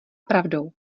pravdou